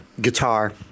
guitar